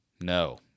No